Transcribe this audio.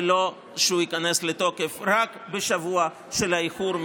ולא שהוא ייכנס לתוקף רק בשבוע איחור,